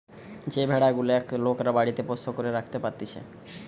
যে ভেড়া গুলেক লোকরা বাড়িতে পোষ্য করে রাখতে পারতিছে